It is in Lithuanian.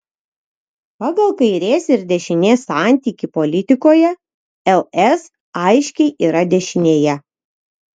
pagal kairės ir dešinės santykį politikoje ls aiškiai yra dešinėje